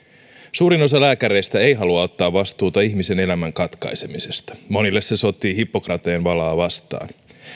suurin osa lääkäreistä ei halua ottaa vastuuta ihmisen elämän katkaisemisesta monille se sotii hippokrateen valaa vastaan